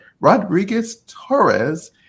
Rodriguez-Torres